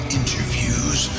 interviews